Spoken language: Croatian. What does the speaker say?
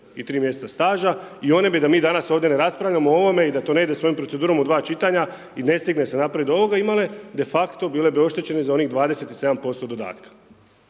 i 3 mj. staža i oni bi da mi danas ovdje ne raspravljamo o ovome i da to ne ide s ovom procedurom u dva čitanja i ne stigne se napraviti, .../Govornik se ne razumije./... de facto bile bi oštećene za onih 27% dodatka